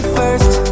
first